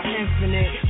infinite